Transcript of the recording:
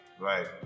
Right